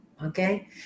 Okay